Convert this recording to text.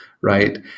right